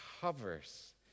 hovers